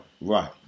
Right